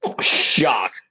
shock